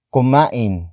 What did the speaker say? Kumain